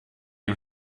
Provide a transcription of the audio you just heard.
ihm